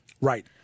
Right